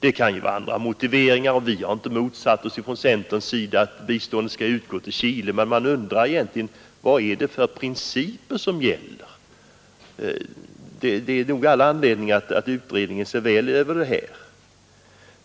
Det kan naturligtvis finnas andra motiveringar att lämna detta anslag, och vi har från centerns sida inte motsatt oss att biståndet skall utgå till Chile, men man undrar vilka principer som gäller. Det är nog all anledning att utredningen ser noggrant över dem.